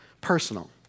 personal